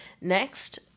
Next